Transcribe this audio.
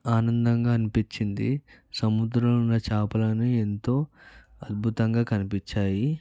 ఆనందంగా అనిపించింది సముద్రంలో ఉన్న చాపలన్నీ ఎంతో అద్భుతంగా కనిపించాయి